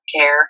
care